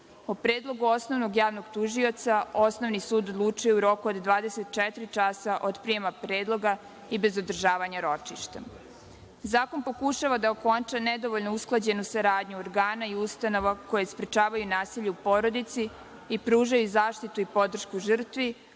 O predlogu osnovnog javnog tužioca osnovni sud odlučuje u roku od 24 časa od prijema predloga i bez održavanja ročišta. Zakon pokušava da okonča nedovoljno usklađenu saradnju organa i ustanova koje sprečavaju nasilje u porodici i pruža zaštitu i podršku žrtvi,